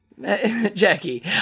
Jackie